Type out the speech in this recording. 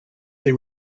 they